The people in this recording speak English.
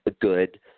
good